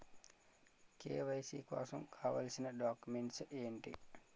KYC కోసం కావాల్సిన documents ఎంటి?